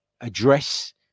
address